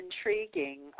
intriguing